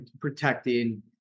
protecting